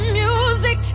music